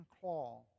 claw